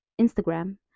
Instagram